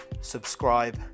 subscribe